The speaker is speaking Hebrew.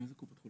אבל,